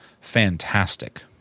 fantastic